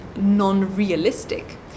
non-realistic